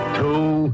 two